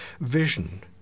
vision